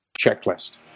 checklist